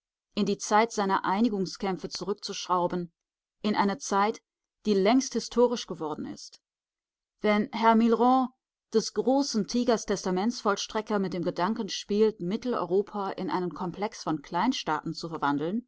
in die zeit seiner einigungskämpfe zurückzuschrauben in eine zeit die längst historisch geworden ist wenn herr millerand des großen tigers testamentsvollstrecker mit dem gedanken spielt mitteleuropa in einen komplex von kleinstaaten zu verwandeln